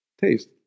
Taste